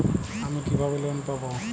আমি কিভাবে লোন পাব?